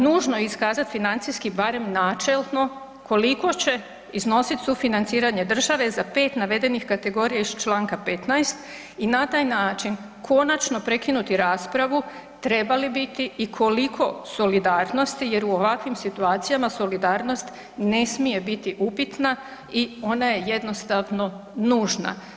Nužno je iskazati financijski barem načelno koliko će iznositi sufinanciranje države za 5 navedenih kategorija iz Članka 15. i na taj način konačno prekinuti raspravu treba li biti i koliko solidarnosti jer u ovakvim situacijama solidarnost ne smije biti upitna i ona je jednostavno nužna.